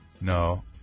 no